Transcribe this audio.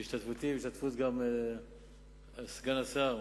בהשתתפותי ובהשתתפות סגן השר